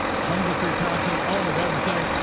tons of free content on the website.